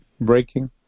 breaking